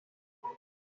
rock